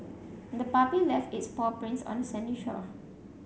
the puppy left its paw prints on the sandy shore